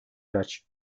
araç